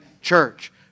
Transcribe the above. church